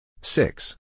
Six